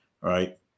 right